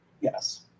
Yes